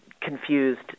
confused